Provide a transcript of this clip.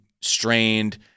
strained